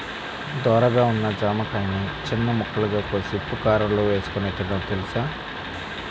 ధోరగా ఉన్న జామకాయని చిన్న ముక్కలుగా కోసి ఉప్పుకారంలో ఏసుకొని తినడం తెలుసా?